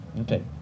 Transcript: okay